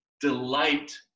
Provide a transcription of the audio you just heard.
delight